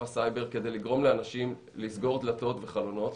הסייבר כדי לגרום לאנשים לסגור דלתות וחלונות,